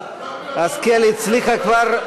השכל הצליחה כבר,